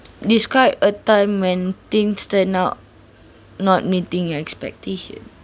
describe a time when things turn out not meeting your expectation